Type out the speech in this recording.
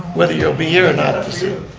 whether you'll be here or not.